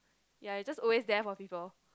ya you're just always there for people